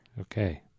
Okay